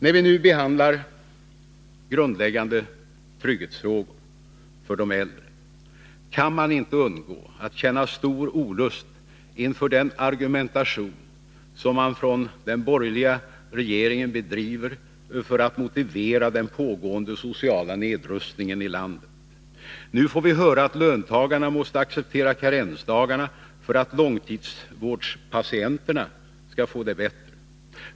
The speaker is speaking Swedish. När vi nu behandlar grundläggande trygghetsfrågor för de äldre kan jag inte underlåta att säga att jag känner stor olust inför den argumentation som den borgerliga regeringen bedriver för att motivera den pågående sociala nedrustningen i landet. Nu får vi höra att löntagarna måste acceptera karensdagarna för att långvårdspatienterna skall få det bättre.